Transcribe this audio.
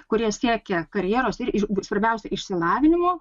kurie siekia karjeros ir svarbiausia išsilavinimo